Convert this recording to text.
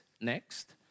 next